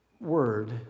word